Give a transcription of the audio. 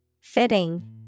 Fitting